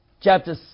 chapter